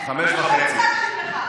, 04:00, מה השעה?